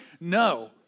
No